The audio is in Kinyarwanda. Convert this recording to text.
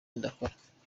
ndakora